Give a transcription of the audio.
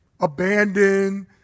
abandoned